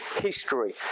history